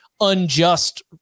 unjust